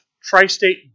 Tri-State